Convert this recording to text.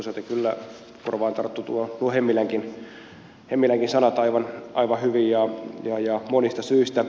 toisaalta kyllä korvaan tarttuivat nuo hemmilänkin sanat aivan hyvin ja monista syistä